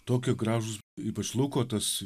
tokie gražūs ypač luko tas